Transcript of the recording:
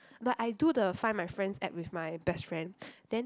but I do the Find My Friends app with my best friend then